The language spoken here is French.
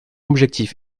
objectif